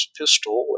pistol